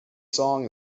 song